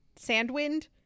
Sandwind